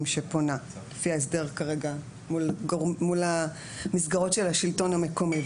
שפונה לפי ההסדר כרגע מול המסגרות של השלטון המקומי,